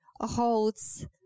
holds